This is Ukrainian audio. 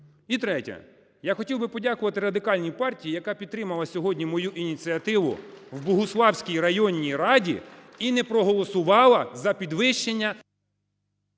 І третє. Я хотів би подякувати Радикальній партії, яка підтримала сьогодні мою ініціативу в Богуславській районні раді і не проголосувала за підвищення…